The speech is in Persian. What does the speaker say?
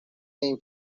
این